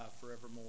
forevermore